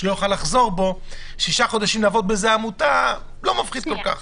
שישה חודשים לעבוד באיזה עמותה לא מפחיד כל כך.